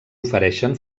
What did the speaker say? ofereixen